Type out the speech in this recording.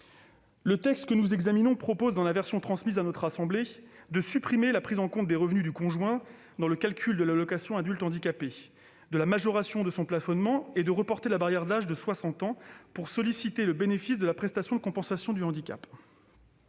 Le texte que nous examinons propose, dans sa version transmise à notre assemblée, de supprimer la prise en compte des revenus du conjoint dans le calcul de l'allocation aux adultes handicapés, ainsi que la majoration de son plafonnement, et de reporter la barrière d'âge de 60 ans pour solliciter le bénéfice de la prestation de compensation du handicap.